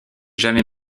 jamais